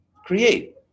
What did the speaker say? create